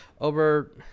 Over